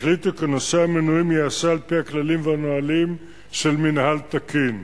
החליטו כי נושא המינויים ייעשה על-פי הכללים והנהלים של מינהל תקין,